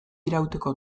irauteko